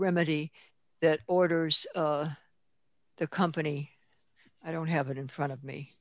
remedy that orders the company i don't have it in front of me